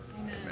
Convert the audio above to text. Amen